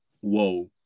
whoa